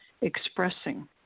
expressing